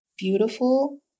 beautiful